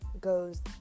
goes